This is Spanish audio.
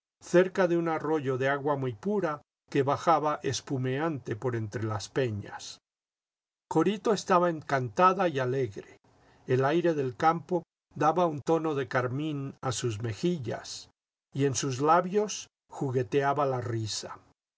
cerca de un arroyo de agua muy pura que bajaba espumante por entre las peñas corito estaba encantada y alegre el aire del campo daba un tono de carmín a sus mejillas y en sus labios jugueteaba la risa